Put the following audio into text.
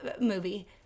movie